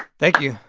thank you,